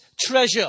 treasure